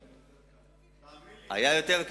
תאמין לי,